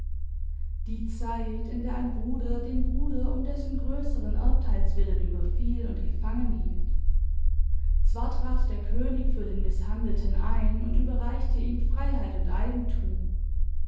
die zeit in der ein bruder den bruder um dessen größeren erbteils willen überfiel und gefangenhielt zwar trat der könig für den mißhandelten ein und erreichte ihm freiheit und eigentum